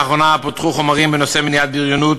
לאחרונה פותח חומר בנושא מניעת בריונות,